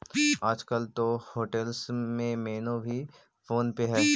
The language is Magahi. आजकल तो होटेल्स में मेनू भी फोन पे हइ